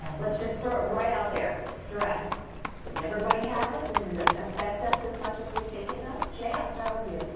let's just throw it right out there. stress. does everybody have it? does it affect us as much as we think it does? jay, i'll start with you.